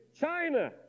China